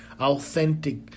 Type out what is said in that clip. authentic